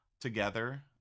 together